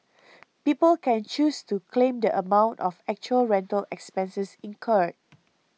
people can choose to claim the amount of actual rental expenses incurred